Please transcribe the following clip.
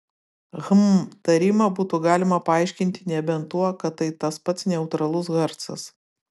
hm tarimą būtų galima paaiškinti nebent tuo kad tai tas pats neutralus garsas